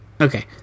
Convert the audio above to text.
Okay